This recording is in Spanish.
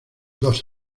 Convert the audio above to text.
dos